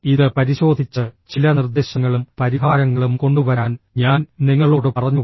ഇത് പരിശോധിച്ച് ചില നിർദ്ദേശങ്ങളും പരിഹാരങ്ങളും കൊണ്ടുവരാൻ ഞാൻ നിങ്ങളോട് പറഞ്ഞു